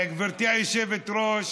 אל תצטער,